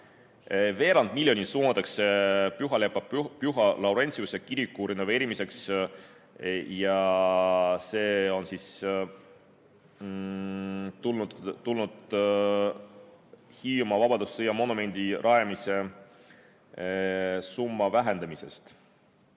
Veerand miljonit suunatakse Pühalepa Püha Laurentiuse kiriku renoveerimiseks ja see on tulnud Hiiumaa Vabadussõja monumendi rajamise summa vähendamisest.